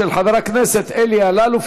של חבר הכנסת אלי אלאלוף,